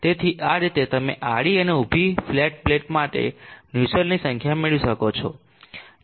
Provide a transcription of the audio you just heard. તેથી આ રીતે તમે આડી અને ઊભી ફ્લેટ પ્લેટ માટે નુસ્સેલ્ટની સંખ્યા મેળવી શકો છો